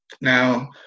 Now